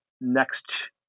next